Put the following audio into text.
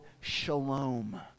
shalom